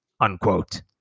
Unquote